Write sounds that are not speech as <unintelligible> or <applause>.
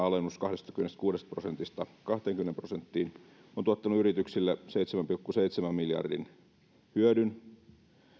<unintelligible> alennus kahdestakymmenestäkuudesta prosentista kahteenkymmeneen prosenttiin on tuottanut yrityksille seitsemän pilkku seitsemän miljardin hyödyn